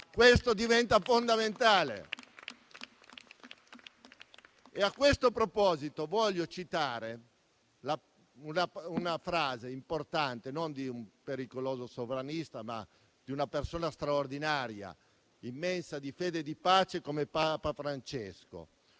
e ciò diventa fondamentale. A tale proposito voglio citare una frase importante, non di un pericoloso sovranista, ma di una persona straordinaria, immensa, di fede e di pace come Papa Francesco: